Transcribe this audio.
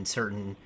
certain